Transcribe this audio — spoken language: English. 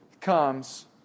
comes